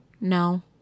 No